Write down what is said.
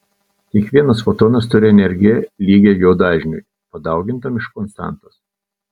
kiekvienas fotonas turi energiją lygią jo dažniui padaugintam iš konstantos